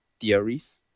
theories